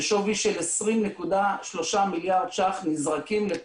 בשווי של 20.3 מיליארד שקלים,